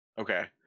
okay